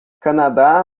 canadá